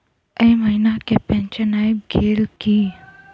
एहि महीना केँ पेंशन आबि गेल की